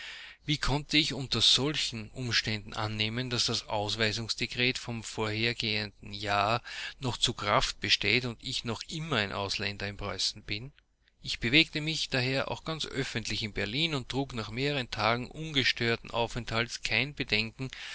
wie konnte ich unter solchen umständen annehmen daß das ausweisungsdekret vom vorhergehenden jahre noch zu kraft besteht und ich noch immer ein ausländer in preußen bin ich bewegte mich daher auch ganz öffentlich in berlin und trug nach mehreren tagen ungestörten aufenthalts kein bedenken